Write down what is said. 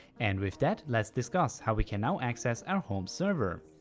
and with that let's discuss how we can now access our home server.